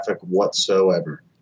whatsoever